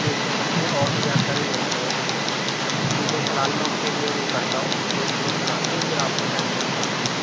इस संबंध में और भी जानकारी ले लूँगा इस से अभी तो फिलहाल में उसके लिए वो करता हूँ ग्रुप ग्रुप बना कर फिर आप को सेंड करता हूँ सर